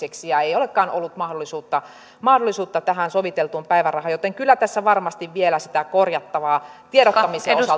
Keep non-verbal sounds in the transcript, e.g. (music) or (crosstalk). ja ei olekaan ollut mahdollisuutta mahdollisuutta tähän soviteltuun päivärahaan joten kyllä tässä varmasti vielä sitä korjattavaa tiedottamisen osalta (unintelligible)